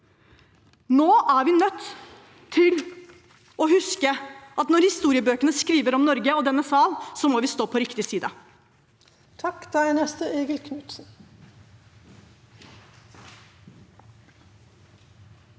Vi er nødt til å huske at når historiebøkene skal skrive om Norge og denne sal, må vi stå på riktig side.